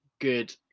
Good